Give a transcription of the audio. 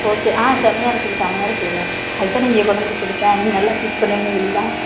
okay ஆ செம்மயா இருக்குது செம்மயா இருக்குதுங்க அதுக்குதான் இங்கே வந்து கொடுத்தேன் நீங்கள் நல்லா ஸ்டிட்ச் பண்ணுவீங்கனு சொல்லி தான்